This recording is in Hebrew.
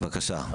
בבקשה.